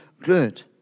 good